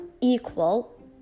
equal